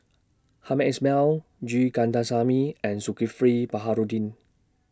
Hamed Ismail G Kandasamy and Zulkifli Baharudin